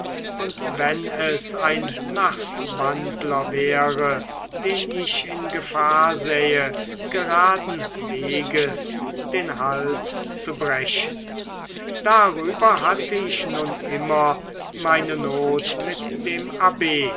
und wenn es ein nachtwandler wäre den ich in gefahr sähe geradenweges den hals zu brechen darüber hatte ich nun immer meine not mit dem abb